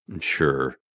Sure